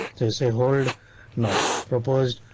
they say hold no proposed.